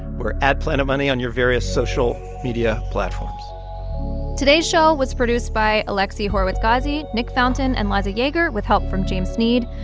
we're at planetmoney on your various social media platforms today's show was produced by alexi horowitz-ghazi, nick fountain and liza yeager with help from james sneed.